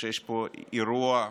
שיש פה אירוע